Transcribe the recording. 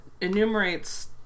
enumerates